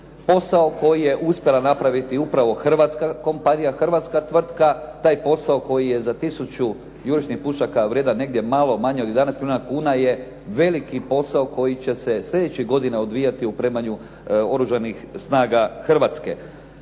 posao koji je uspjela napraviti upravo hrvatska kompanija, hrvatska tvrtka. Taj posao koji je za 1000 jurišnih pušaka vrijedan negdje malo manje od 11 milijuna kuna je veliki posao koji će se sljedećih godina odvijati u opremanju Oružanih snaga Hrvatske.